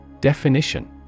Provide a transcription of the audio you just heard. Definition